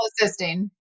assisting